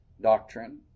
doctrine